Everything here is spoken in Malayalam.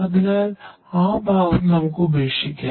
അതിനാൽ ആ ഭാഗം നമുക്ക് ഉപേക്ഷിക്കാം